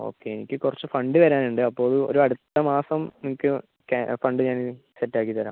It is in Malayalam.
ഓക്കെ എനിക്ക് കുറച്ച് ഫണ്ട് വരാനുണ്ട് അപ്പോൾ ഒരു ഒരടുത്തമാസം നിങ്ങൾക്ക് ഫണ്ട് ഞാൻ സെറ്റാക്കിത്തരാം